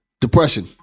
Depression